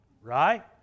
Right